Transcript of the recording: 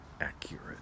accurate